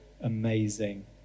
amazing